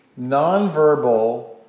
nonverbal